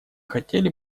хотели